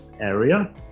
area